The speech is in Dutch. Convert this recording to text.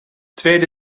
tweede